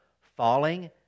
falling